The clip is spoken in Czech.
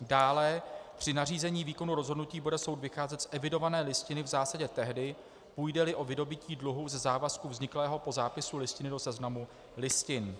Dále při nařízení výkonu rozhodnutí bude soud vycházet z evidované listiny v zásadě tehdy, půjdeli o vydobytí dluhu ze závazku vzniklého po zápisu listiny do seznamu listin.